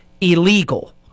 Illegal